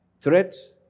threats